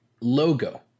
logo